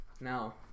now